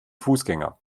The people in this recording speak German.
fußgänger